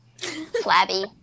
Flabby